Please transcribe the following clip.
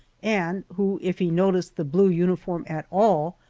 and who, if he noticed the blue uniform at all,